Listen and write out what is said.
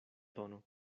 tono